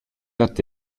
dat